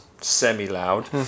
semi-loud